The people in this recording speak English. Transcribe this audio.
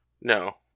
No